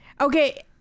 okay